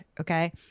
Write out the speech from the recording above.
okay